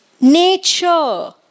nature